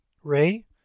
Ray